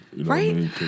Right